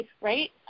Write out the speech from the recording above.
right